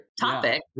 topic